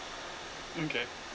mm K